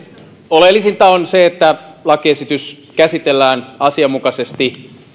oleellisinta on se että lakiesitys käsitellään asianmukaisesti